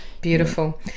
Beautiful